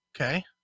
Okay